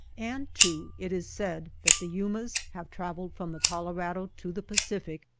and, too, it is said that the yumas have traveled from the colorado to the pacific,